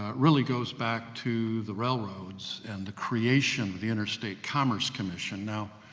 ah really goes back to the railroads and the creation of the interstate commerce commission. now,